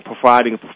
providing